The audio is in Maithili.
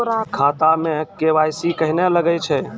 खाता मे के.वाई.सी कहिने लगय छै?